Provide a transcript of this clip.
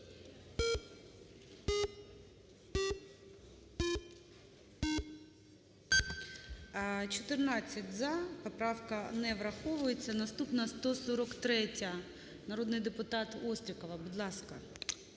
14 "за", поправка не враховується. Наступна – 143-я. Народний депутат Острікова, будь ласка.